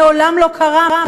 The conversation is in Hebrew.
מעולם לא קרה.